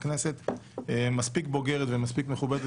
הכנסת מספיק בוגרת ומספיק מכובדת